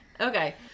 Okay